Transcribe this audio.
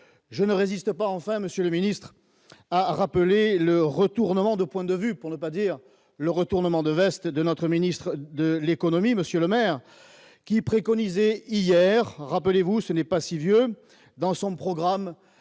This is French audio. je ne résiste pas, enfin, Monsieur le Ministre, a rappelé le retournement de points de vue pour le pas dire le retournement de veste de notre ministre de l'Économie Monsieur le maire, qui préconisait hier, rappelez-vous, ce n'est pas si vieux dans son programme